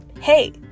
hey